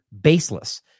baseless